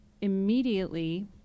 immediately